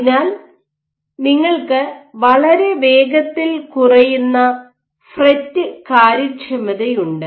അതിനാൽ നിങ്ങൾക്ക് വളരെ വേഗത്തിൽ കുറയുന്ന ഫ്രെറ്റ് കാര്യക്ഷമതയുണ്ട്